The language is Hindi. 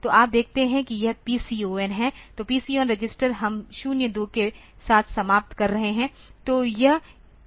तो आप देखते हैं कि यह PCON है तो PCON रजिस्टर हम 02 के साथ समाप्त कर रहे हैं